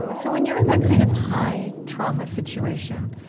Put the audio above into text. so so when you're in that kind of high trauma situation,